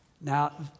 Now